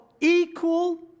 equal